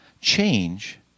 Change